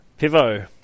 Pivo